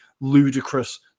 ludicrous